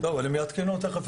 אבל הם יעדכנו תכף,